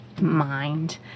mind